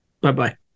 bye-bye